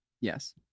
Yes